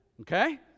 Okay